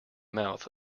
mouth